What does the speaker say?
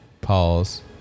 Pause